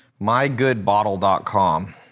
Mygoodbottle.com